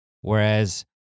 Whereas